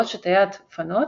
בעוד שתאי הדפנות